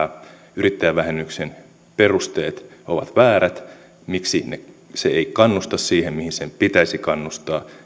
yrittäjävähennyksen perusteet ovat väärät miksi se ei kannusta siihen mihin sen pitäisi kannustaa